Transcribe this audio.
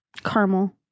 caramel